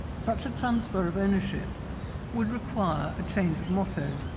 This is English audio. such a transfer of ownership would require a change of motto.